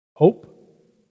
Hope